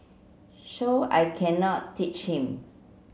so I cannot teach him